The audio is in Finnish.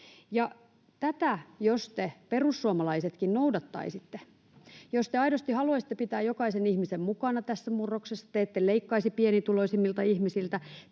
Tätä jos te perussuomalaisetkin noudattaisitte ja jos te aidosti haluaisitte pitää jokaisen ihmisen mukana tässä murroksessa, niin te ette leikkaisi pienituloisimmilta ihmisiltä